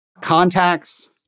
Contacts